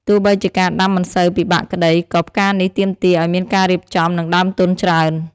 ទោះបីជាការដាំមិនសូវពិបាកក្ដី ក៏ផ្កានេះទាមទារឱ្យមានការរៀបចំ និងដើមទុនច្រើន។